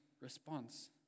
response